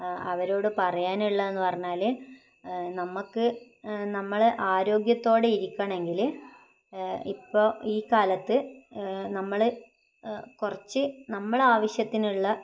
അവരോട് പറയാനുള്ളതെന്ന് പറഞ്ഞാൽ നമുക്ക് നമ്മൾ ആരോഗ്യത്തോടെ ഇരിക്കണമെങ്കിൽ ഇപ്പോൾ ഈ കാലത്ത് നമ്മൾ കുറച്ച് നമ്മുടെ ആവശ്യത്തിനുള്ള